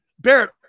Barrett